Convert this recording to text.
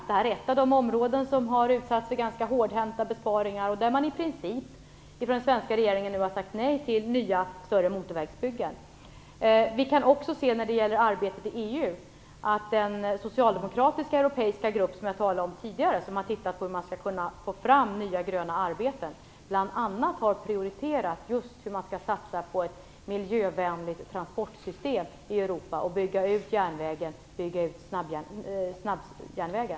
Det här är ett av de områden som har utsatts för ganska hårdhänta besparingar och där man från den svenska regeringen nu i princip har sagt nej till nya större motorvägsbyggen. När det gäller arbetet i EU kan vi också se att den socialdemokratiska europeiska gruppen, vilken jag tidigare talade om och vilken har tittat på hur det skall gå att få fram nya gröna arbeten, bl.a. har prioriterat just hur man skall satsa på ett miljövänligt transportsystem i Europa och bygga ut snabbjärnvägen.